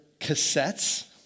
cassettes